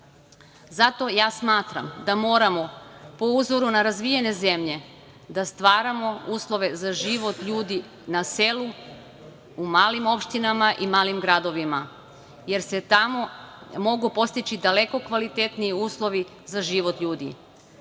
buci. Zato smatram da moramo, po uzoru na razvijene zemlje, da stvaramo uslove za život ljudi na selu, u malim opštinama i malim gradovima, jer se tamo mogu postići daleko kvalitetniji uslovi za život ljudi.